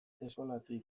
eskolatik